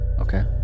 Okay